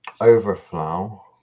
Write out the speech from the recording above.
Overflow